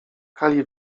kali